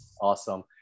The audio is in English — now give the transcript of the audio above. awesome